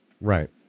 Right